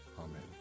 Amen